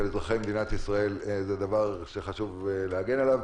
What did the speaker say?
אזרחי ישראל זה דבר שחשוב להגן עליו.